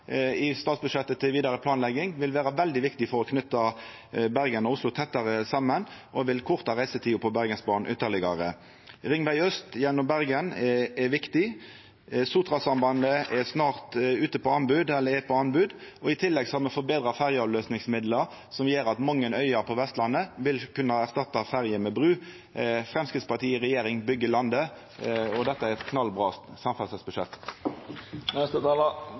i statsbudsjettet til vidare planlegging av Ringeriksbanen. Det vil vera veldig viktig for å knyta Bergen og Oslo tettare saman og vil forkorta reisetida på Bergensbanen ytterlegare. Ringveg Aust gjennom Bergen er viktig. Sotrasambandet er ute på anbod. I tillegg har me forbetra ferjeavløysingsmidlar som gjer at mange øyer på Vestlandet vil kunna erstatta ferje med bru. Framstegspartiet i regjering byggjer landet, og dette er eit knallbra